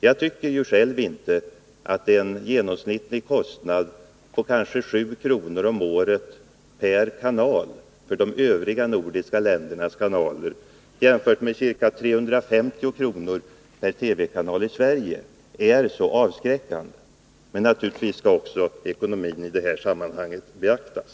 Jag tycker själv inte att en genomsnittlig kostnad på kanske 7 kr. om året per kanal för de övriga nordiska ländernas kanaler — jämfört med ca 350 kr. per TV-kanal i Sverige — är så avskräckande. Men naturligtvis skall också ekonomin i det här sammanhanget beaktas.